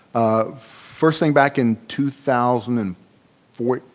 um first thing back in two thousand and fourteen,